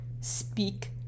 speak